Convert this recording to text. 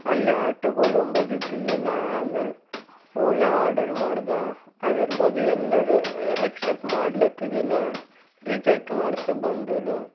ಅಲ್ಲಿ ಆಟೋಗಳ್ ಅಂಬದು ಇದ್ದಿದಿಲ್ಲ ಆಮೇಲೆ ಓಲಾ ಆರ್ಡರ್ ಮಾಡ್ದೆ ಅದರ ಬಾದಿ ಎಲ್ಲರು ಎಕ್ಸೆಪ್ಟ್ ಮಾಡ್ಲತ್ತಿದ್ದಿಲ್ಲ ರಿಜೆಕ್ಟ್ ಮಾಡ್ತ ಬಂದರು